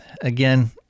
again